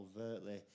overtly